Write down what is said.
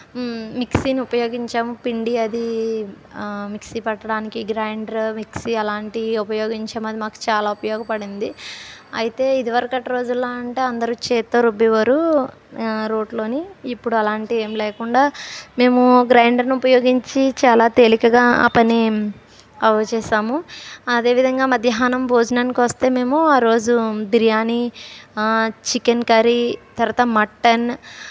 మిక్సీని ఉపయోగించాము పిండి అది మిక్సీ పట్టడానికి గ్రైండర్ మిక్సీ అలాంటివి ఉపయోగించాము అది మాకు చాలా ఉపయోగపడింది అయితే ఇది వరకటి రోజులలో అంటే అందరూ చేతితో రుబ్బేవారు రోట్లోని ఇప్పుడు అలాంటివి ఏం లేకుండా మేము గ్రైండర్ను ఉపయోగించి చాలా తేలికగా ఆ పని అవి చేసాము అదే విధంగా మధ్యాహ్నం భోజనానికి వస్తే మేము ఆరోజు బిర్యానీ చికెన్ కర్రీ తరువాత మటన్